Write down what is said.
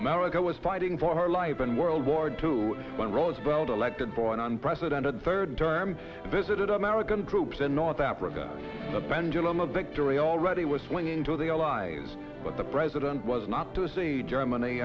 america was fighting for her live in world war two when roosevelt elected for an unprecedented third term visited american troops in north africa the pendulum of victory already was swinging to the allies but the president was not to see germany